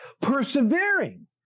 persevering